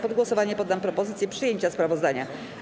Pod głosowanie poddam propozycję przyjęcia sprawozdania.